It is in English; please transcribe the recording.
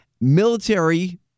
military